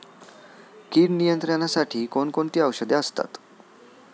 कीड नियंत्रणासाठी कोण कोणती औषधे असतात?